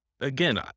again